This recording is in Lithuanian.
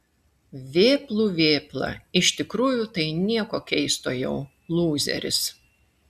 vėplų vėpla iš tikrųjų tai nieko keisto jau lūzeris